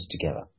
together